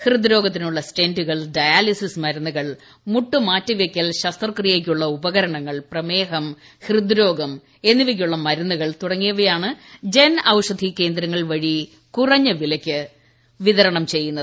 ഹൃദ്രോഗത്തിനുള്ള സ്റ്റെന്റുകൾ ഡയാലിസിസ് മരുന്നുകൾ മുട്ടുമാറ്റിവയ്ക്കൽ ശസ്ത്രക്രിയയ്ക്കുള്ള ഉപകരണങ്ങൾ പ്രമേഹം ഹൃദ്രോഗം എന്നിവയ്ക്കുള്ള മരുന്നുകൾ തുടങ്ങിയവയാണ് ജൻഔഷധി കേന്ദ്രങ്ങൾ വഴി കുറഞ്ഞ വിലയ്ക്ക് വിതരണം ചെയ്യുന്നത്